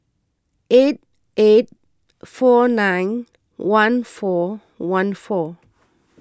eight eight four nine one four one four